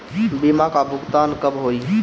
बीमा का भुगतान कब होइ?